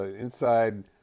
Inside